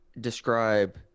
describe